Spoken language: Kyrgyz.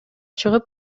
чыгып